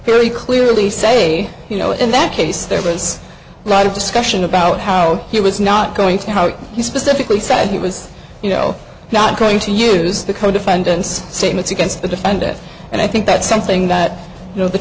very clearly say you know in that case there was a lot of discussion about how he was not going to how he specifically said he was you know not going to use the co defendants statements against the defendant and i think that's something that you know the